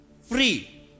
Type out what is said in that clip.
Free